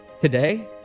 Today